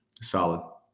solid